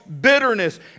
bitterness